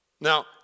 Now